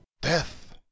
Death